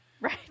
Right